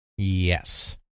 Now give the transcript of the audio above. Yes